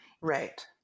right